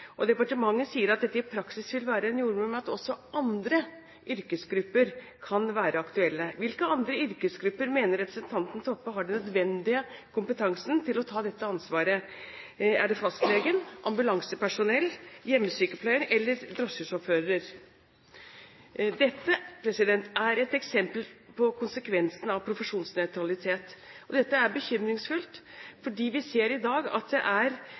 barnet. Departementet sier at dette i praksis vil være en jordmor, men at også andre yrkesgrupper kan være aktuelle. Hvilke andre yrkesgrupper mener representanten Toppe har den nødvendige kompetansen til å ta dette ansvaret? Er det fastlege, ambulansepersonell, hjemmesykepleier eller drosjesjåfører? Dette er et eksempel på konsekvensen av profesjonsnøytralitet. Dette er bekymringsfullt, fordi vi ser i dag at det er